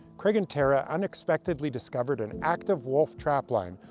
craig and tara unexpectedly discovered an active wolf trapline,